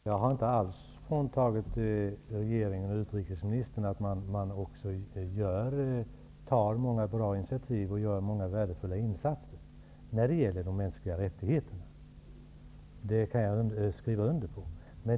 Herr talman! Jag har inte alls fråntagit regeringen och utrikesministern att de tar många bra initiativ och gör många värdefulla insatser när det gäller de mänskliga rättigheterna. Det kan jag skriva under på.